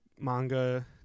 manga